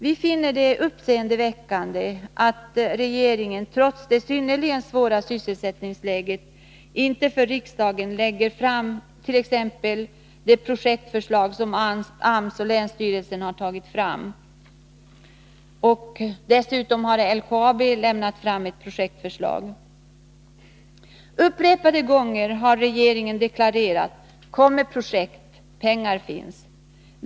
Vi finner det uppseendeväckande att regeringen trots det synnerligen svåra sysselsättningsläget inte för riksdagen lägger fram t.ex. de projektförslag som AMS och länsstyrelsen i Norrbotten och även LKAB har lämnat. Upprepade gånger har regeringen deklarerat: Kom med projekt, pengar finns!